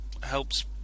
helps